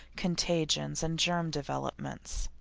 contagions, and germ developments.